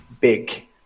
big